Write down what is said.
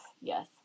Yes